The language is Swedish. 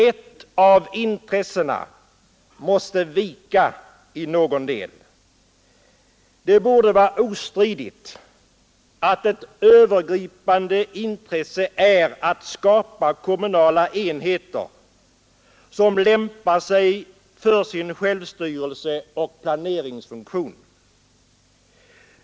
Ett av intressena måste vika i någon del. Det borde vara ostridigt att ett övergripande intresse är att skapa kommunala enheter som lämpar sig för sin självstyrelseoch planeringsfunktion.